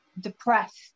depressed